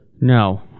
No